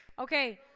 Okay